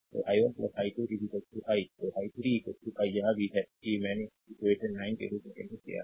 तो i1 i2 i तो i3 i यह भी है कि मैंने इक्वेशन 9 के रूप में चिह्नित किया है